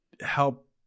help